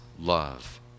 love